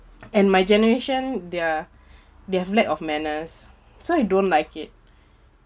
and my generation they are they have lack of manners so I don't like it